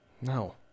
No